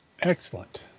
Excellent